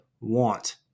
want